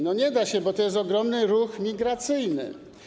Nie da się, bo to jest ogromny ruch migracyjny.